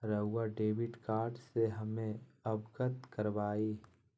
रहुआ debit card से हमें अवगत करवाआई?